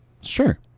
sure